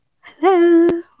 hello